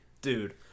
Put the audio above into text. Dude